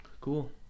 Cool